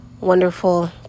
wonderful